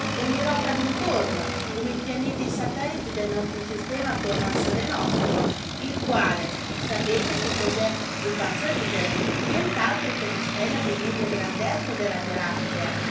che gli rotano intorno come i pianeti e i satelliti del nostro sistema attorno al sole nostro il quale sapete che cos'è vi faccio ridere nient'altro che una stella di media grandezza della via lattea